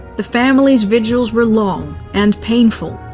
the family's vigils were long and painful.